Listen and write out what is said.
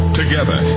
together